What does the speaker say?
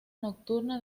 nocturna